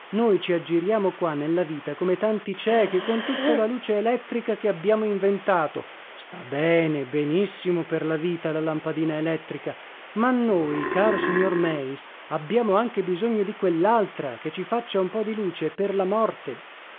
noi ci aggiriamo qua nella vita come tanti ciechi con tutta la luce elettrica che abbiamo inventato sta bene benissimo per la vita la lampadina elettrica ma noi caro signor meis abbiamo anche bisogno di quellaltra che ci faccia un po di luce per la morte